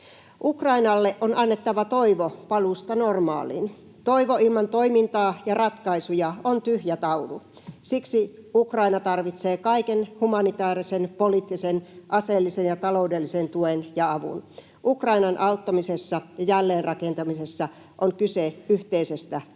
Ukrainalle on annettava toivo paluusta normaaliin. Toivo ilman toimintaa ja ratkaisuja on tyhjä taulu, siksi Ukraina tarvitsee kaiken humanitäärisen, poliittisen, aseellisen ja ta- loudellisen tuen ja avun. Ukrainan auttamisessa ja jälleenrakentamisessa on kyse yhteisestä tehtävästä.